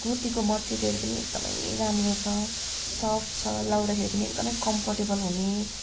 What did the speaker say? त्यो कुर्तीको मटेरिएल पनि एकदमै राम्रो छ सफ्ट छ लगाउँदाखेरि पनि एकदमै कम्फर्टेबल हुने